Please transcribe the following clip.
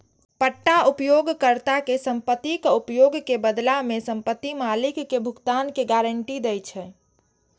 पट्टा उपयोगकर्ता कें संपत्तिक उपयोग के बदला मे संपत्ति मालिक कें भुगतान के गारंटी दै छै